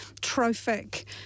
trophic